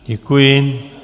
Děkuji.